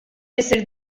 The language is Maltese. isir